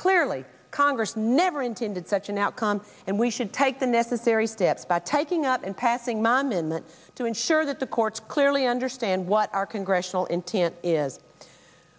clearly congress never intended such an outcome and we should take the necessary steps by taking up and passing mom in to ensure that the courts clearly understand what our congressional intent is